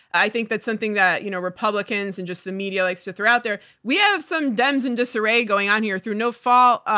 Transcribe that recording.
i think that's something that you know republicans and just the media likes to throw out there. we have some dems in disarray going on here through no fault,